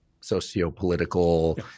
socio-political